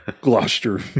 gloucester